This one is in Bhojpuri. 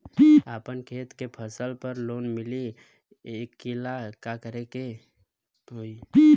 अपना खेत के फसल पर लोन मिल सकीएला का करे के होई?